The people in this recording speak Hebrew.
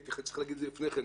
הייתי צריך להגיד את זה לפני כן.